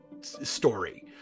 story